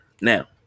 Now